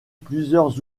plusieurs